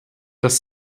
das